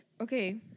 okay